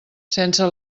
sense